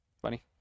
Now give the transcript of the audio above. Funny